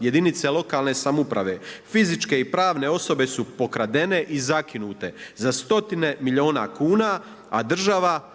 jedinice lokalne samouprave, fizičke i pravne osobe su pokradene i zakinute za stotine milijuna kuna, a država